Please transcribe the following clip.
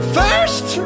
first